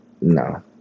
no